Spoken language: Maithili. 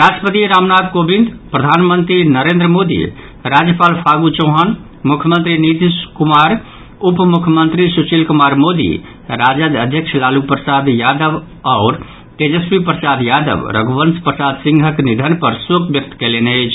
राष्ट्रपति रामनाथ कोविंद प्रधानमंत्री नरेन्द्र मोदी राज्यपाल फागू चौहान मुख्यमंत्री नीतीश कुमार उपमुख्यमंत्री सुशील कुमार मोदी राजद अध्यक्ष लालू प्रसाद यादव आओर तेजस्वी प्रसाद यादव रघुवंश प्रसाद सिंहक निधन पर शोक व्यक्त कयलनि अछि